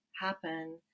happen